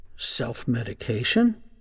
self-medication